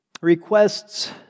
requests